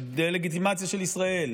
לדה-לגיטימציה של ישראל,